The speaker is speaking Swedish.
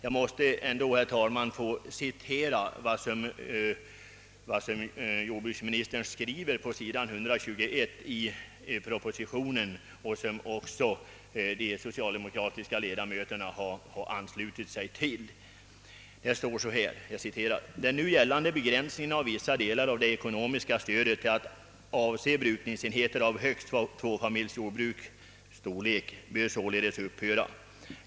Jag måste, herr talman, få citera vad jordbruksministern säger på s. 121 i propositionen, vilket de socialdemokratiska ledamöterna av utskottet anslutit sig till: »Den nu gällande begränsningen av vissa delar av det ekonomiska stödet till att avse brukningsenheter av högst tvåfamiljsjordbruks storlek bör således upphöra.